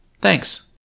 Thanks